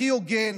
הכי הוגן,